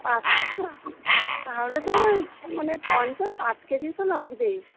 পাঁচশোটা তাহলে তো ওই মানে পঞ্চাশ ষাট কেজি তো লাগবেই